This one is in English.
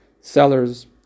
sellers